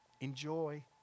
enjoy